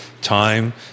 time